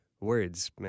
words